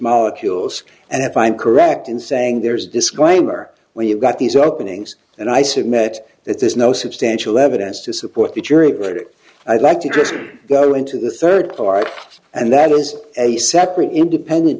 molecules and if i'm correct in saying there's disclaimer where you got these openings and i submit that there's no substantial evidence to support the jury verdict i'd like to go into the third part and that is a separate independent